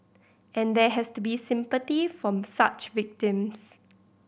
and there has to be sympathy from such victims